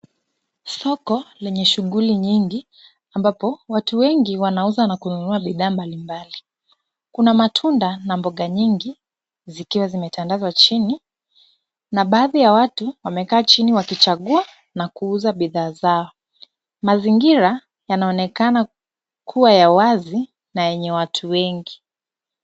Soko lenye shughuli nyingi, ambapo watu wengi wanauza na kununua bidhaa mbalimbali. Kuna matunda na mboga nyingi, zikiwa zimetandazwa chini na baadhi ya watu wamekaa chini wakichagua na kuuza bidhaa zao. Mazingira yanaonekana kuwa ya wazi na yenye watu wengi.